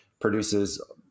produces